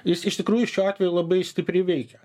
jis iš tikrųjų šiuo atveju labai stipriai veikia